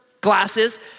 glasses